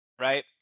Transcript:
right